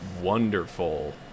wonderful